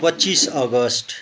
पच्चिस अगस्त